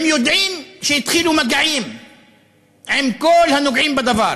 הם יודעים שהתחילו מגעים עם כל הנוגעים בדבר.